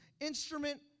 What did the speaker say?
instrument